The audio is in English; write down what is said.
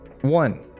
one